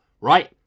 right